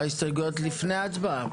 ההסתייגויות לפני ההצבעה?